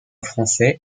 français